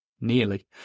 nearly